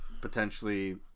potentially